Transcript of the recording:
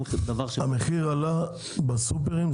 המחיר עלה בסופרים?